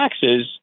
taxes